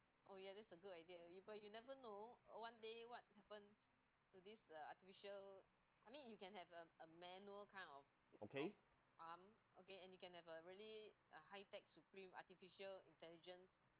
okay